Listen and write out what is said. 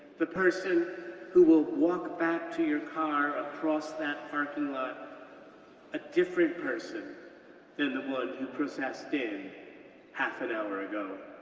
the person who will walk back to your car across that parking lot a different person than the one who processed in half an hour ago.